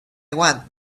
want